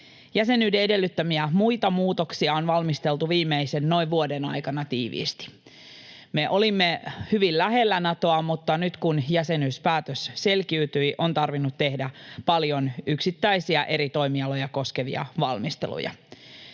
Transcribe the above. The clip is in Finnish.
Jäsenyyden edellyttämiä muita muutoksia on valmisteltu viimeisen noin vuoden aikana tiiviisti. Me olimme hyvin lähellä Natoa, mutta nyt, kun jäsenyyspäätös selkiytyi, on tarvinnut tehdä paljon yksittäisiä, eri toimialoja koskevia valmisteluja.